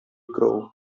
grow